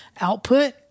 output